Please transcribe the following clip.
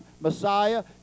Messiah